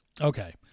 Okay